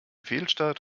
fehlstart